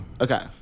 Okay